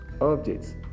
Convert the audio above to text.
objects